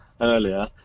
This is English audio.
earlier